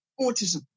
autism